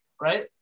right